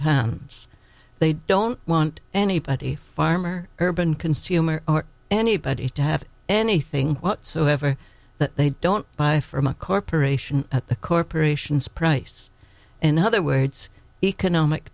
towns they don't want anybody farm or urban consumer or anybody to have anything whatsoever that they don't buy from a corporation at the corporation's price in other words economic